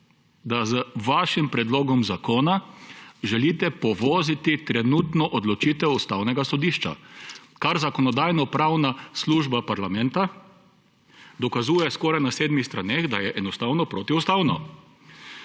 da z vašim predlogom zakona želite povoziti trenutno odločitev Ustavnega sodišča, kar Zakonodajno-pravna služba parlamenta dokazuje skoraj na sedmih straneh, da je protiustavno.